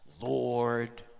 lord